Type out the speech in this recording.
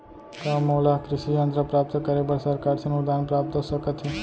का मोला कृषि यंत्र प्राप्त करे बर सरकार से अनुदान प्राप्त हो सकत हे?